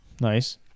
Nice